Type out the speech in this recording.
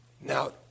Now